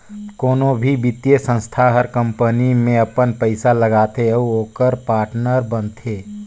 कोनो भी बित्तीय संस्था हर कंपनी में अपन पइसा लगाथे अउ ओकर पाटनर बनथे